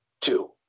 two